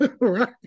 right